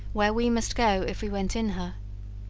where we must go if we went in her.